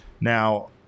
Now